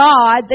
God